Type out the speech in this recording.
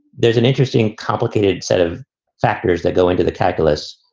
there's an interesting, complicated set of factors that go into the calculus,